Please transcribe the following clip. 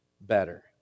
better